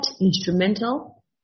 instrumental